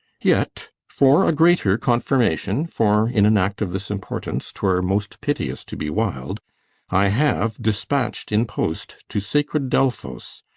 yet, for a greater confirmation for, in an act of this importance, twere most piteous to be wild i have despatch'd in post to sacred delphos,